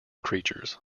creatures